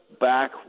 back